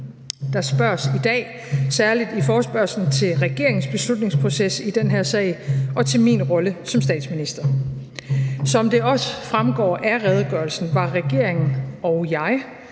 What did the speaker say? Der spørges i dag særligt i forespørgslen til regeringens beslutningsproces i den her sag og til min rolle som statsminister. Som det også fremgår af redegørelsen, var regeringen og jeg,